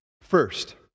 First